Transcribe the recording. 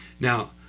Now